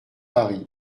paris